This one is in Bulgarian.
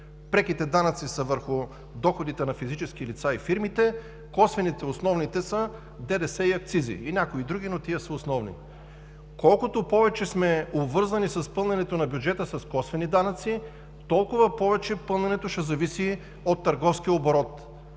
Преките данъци са върху доходите на физическите лица и фирмите. Косвените – основните са ДДС, акцизи и някои други, но тези са основни. Колкото повече сме обвързани с пълненето на бюджета с косвени данъци, толкова повече пълненето ще зависи от търговския оборот.